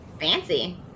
Fancy